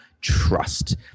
trust